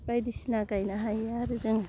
बायदिसिना गायनो हायो आरो जों